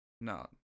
No